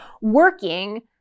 working